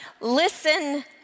listen